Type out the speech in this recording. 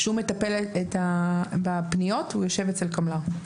שהוא מטפל בפניות והוא יושב אצל קמל"ר.